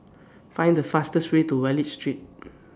Find The fastest Way to Wallich Street